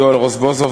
יואל רזבוזוב,